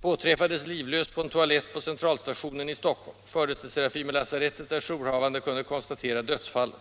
Påträffades livlös på en toalett på centralstationen i Stockholm. Fördes till Serafimerlasarettet, där jourhavande kunde konstatera dödsfallet.